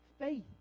faith